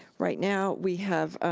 right now we have